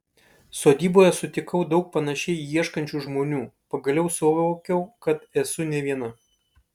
sodyboje sutikau daug panašiai ieškančių žmonių pagaliau suvokiau kad esu ne viena